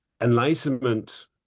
enlightenment